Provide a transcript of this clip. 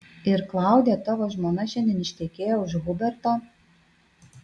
ir klaudija tavo žmona šiandien ištekėjo už huberto